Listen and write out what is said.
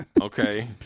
Okay